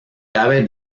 cabe